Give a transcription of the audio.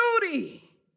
beauty